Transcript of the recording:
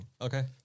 Okay